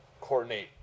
coordinate